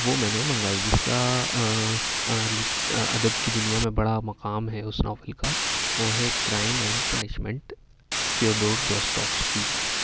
وہ میں نے منگائی جس کا لٹ ادب کی دنیا میں بڑا مقام ہے اس ناول کا وہ ہے Crime and Punishment Fyodor Dostoevsky کی